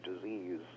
disease